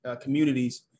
communities